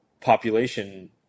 population